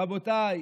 רבותיי,